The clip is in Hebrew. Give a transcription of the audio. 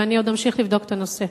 ואני עוד אמשיך לבדוק את הנושא.